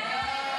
סעיף 1,